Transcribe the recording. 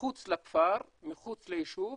מחוץ לכפר, מחוץ ליישוב,